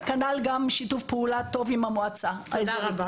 וכנ"ל היה גם שיתוף פעולה טוב עם המועצה האזורית.